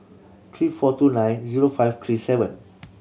three four two nine zero five three seven